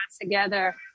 together